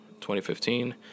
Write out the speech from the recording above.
2015